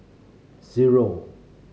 zero